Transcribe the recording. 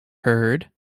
heard